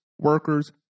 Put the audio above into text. workers